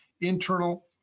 internal